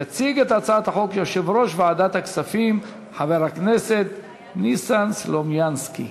יציג את הצעת החוק יושב-ראש ועדת הכספים חבר הכנסת ניסן סלומינסקי.